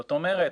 זאת אומרת,